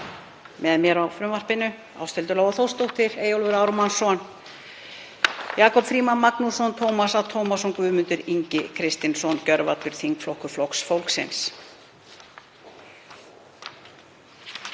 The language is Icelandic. Með mér á frumvarpinu eru Ásthildur Lóa Þórsdóttir, Eyjólfur Ármannsson, Jakob Frímann Magnússon, Tómas A. Tómasson og Guðmundur Ingi Kristinsson, gjörvallur þingflokkur Flokks fólksins.